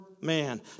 man